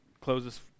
closes